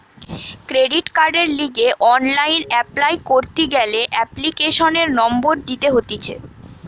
credit কার্ডের লিগে online apply করতি গ্যালে এপ্লিকেশনের নম্বর দিতে হতিছে